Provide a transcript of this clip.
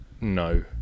No